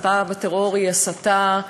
הסתה לטרור היא הסתה,